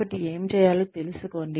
కాబట్టి ఏమి చేయాలో తెలుసుకోండి